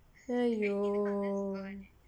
!aiyo!